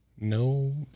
No